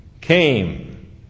came